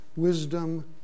Wisdom